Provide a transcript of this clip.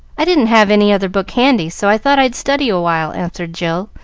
i didn't have any other book handy, so i thought i'd study awhile, answered jill,